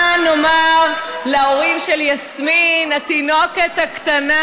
מה נאמר להורים של יסמין התינוקת הקטנה,